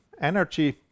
energy